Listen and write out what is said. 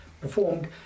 performed